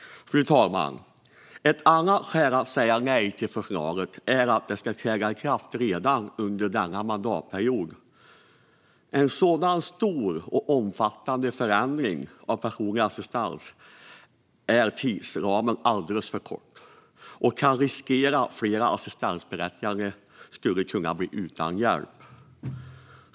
Fru talman! Ett annat skäl att säga nej till förslaget är att det ska träda i kraft redan under denna mandatperiod. När det gäller en så stor och omfattande förändring av den personliga assistansen är tidsramen alldeles för kort, och risken är att flera assistansberättigade blir utan hjälp.